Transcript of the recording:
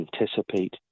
anticipate